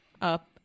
up